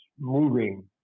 moving